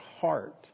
heart